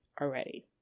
already